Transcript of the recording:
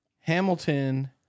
Hamilton